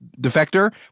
Defector